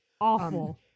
Awful